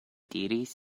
diris